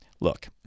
look